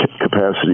capacity